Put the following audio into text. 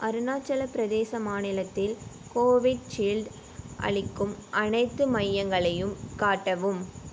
அருணாச்சல பிரதேச மாநிலத்தில் கோவிட்ஷீல்ட் அளிக்கும் அனைத்து மையங்களையும் காட்டவும்